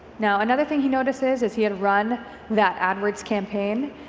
now, another thing he notices is he had run that adwords campaign,